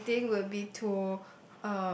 I think would be to